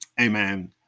Amen